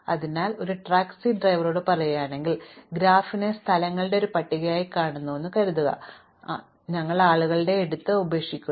അതിനാൽ ഞങ്ങൾ ഒരു ടാക്സി ഡ്രൈവറോട് പറയുകയാണെന്നും ഗ്രാഫിനെ സ്ഥലങ്ങളുടെ ഒരു പട്ടികയായി കാണുന്നുവെന്നും കരുതുക അവിടെ ഞങ്ങൾ ആളുകളെ എടുത്ത് ഉപേക്ഷിക്കുന്നു